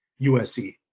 USC